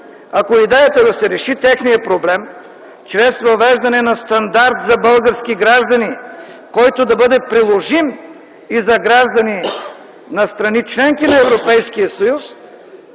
Ако идеята е да се реши техният проблем чрез въвеждане на стандарт за български граждани, който да бъде приложим и за граждани на страните – членки на Европейския съюз,